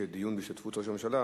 דיון בהשתתפות הממשלה,